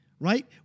right